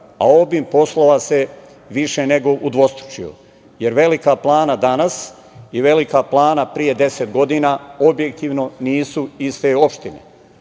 a obim poslova se više nego udvostručio, jer Velika Plana danas, i Velika Plana pre 10 godina, objektivno nisu iste